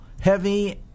heavy